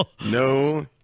No